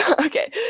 okay